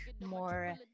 more